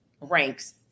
ranks